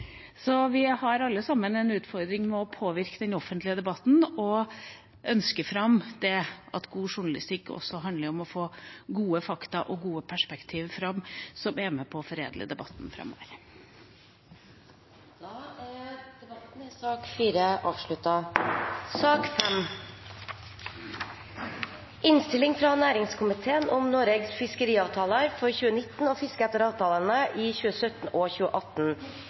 Så vi har alle sammen en utfordring med å påvirke den offentlige debatten og ønske at god journalistikk også handler om å få fram gode fakta og gode perspektiv som er med på å foredle debatten framover. Debatten i sak nr. 4 er dermed slutt. Etter ønske fra næringskomiteen vil presidenten foreslå at taletiden blir begrenset til 3 minutter til hver partigruppe og